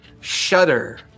shudder